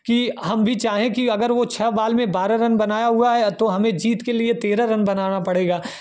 कि हम भी चाहे कि अगर वह छः बॉल में बारह रन बनाया हुआ है तो हमें जीत के लिए तेरह रन बनाना पड़ेगा